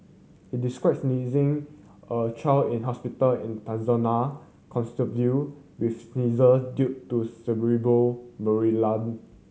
he described sneezing a child in hospital in Tanzania with seizure due to malaria